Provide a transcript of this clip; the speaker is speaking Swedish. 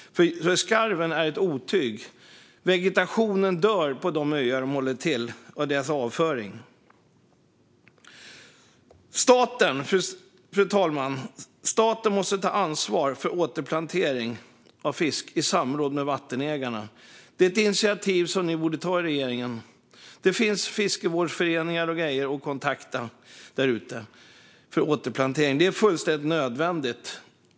Skarven är ett otyg. Vegetationen dör av deras avföring på de öar där de håller till. Fru talman! Staten måste ta ansvar för återplantering av fisk i samråd med vattenägarna. Det är ett initiativ som regeringen borde ta. Det finns fiskevårdsföreningar och andra där ute att kontakta för återplantering. Det är fullständigt nödvändigt.